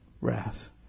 wrath